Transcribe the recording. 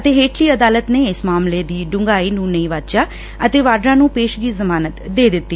ਅਤੇ ਹੇਠਲੀ ਅਦਾਲਤ ਨੇ ਇਸ ਮਾਮਲੇ ਦੀ ਡੁੰਘਾਈ ਨੂੰ ਨਹੀਂ ਵਾਚਿਆ ਅਤੇ ਵਾਡਰਾ ਨੂੰ ਪੇਸ਼ਗੀ ਜਮਾਨਤ ਦੇ ਦਿੱਤੀ